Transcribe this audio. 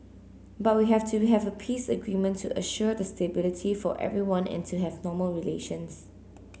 but we have to have a peace agreement to assure the stability for everyone and to have normal relations